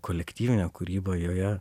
kolektyvinė kūryba joje